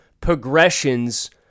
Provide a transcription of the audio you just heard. progressions